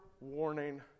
warning